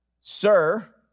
Sir